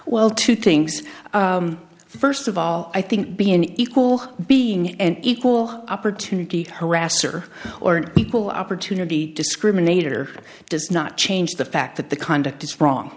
well two things first of all i think be an equal being an equal opportunity harasser or an equal opportunity discriminator does not change the fact that the conduct is wrong